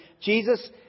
Jesus